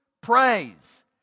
praise